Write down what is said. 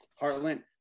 Heartland